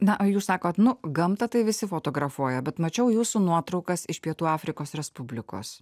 na o jūs sakot nu gamtą tai visi fotografuoja bet mačiau jūsų nuotraukas iš pietų afrikos respublikos